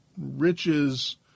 riches